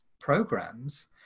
programs